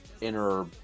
inner